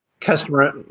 customer